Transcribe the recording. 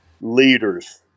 leaders